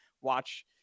watch